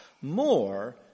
more